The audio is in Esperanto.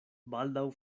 baldaŭ